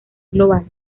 global